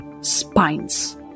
spines